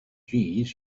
jeez